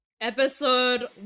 Episode